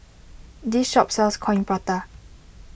this shop sells Coin Prata